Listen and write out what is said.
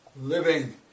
living